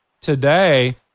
today